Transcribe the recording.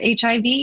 HIV